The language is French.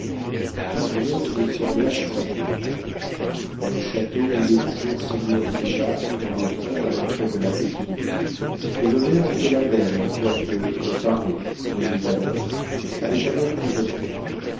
rien ne me sembla changé le château mouillait toujours ses murs grisâtres dans l'étang à l'entrée de la petite ville et l'auberge était la même quoique réparée remise à neuf avec un air plus moderne